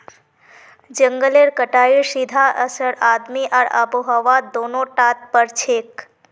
जंगलेर कटाईर सीधा असर आदमी आर आबोहवात दोनों टात पोरछेक